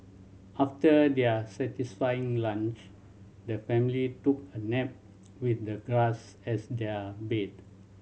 after their satisfying lunch the family took a nap with the grass as their bed